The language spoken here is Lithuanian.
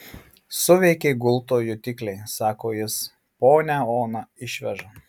suveikė gulto jutikliai sako jis ponią oną išveža